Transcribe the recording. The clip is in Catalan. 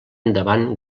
endavant